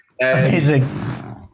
Amazing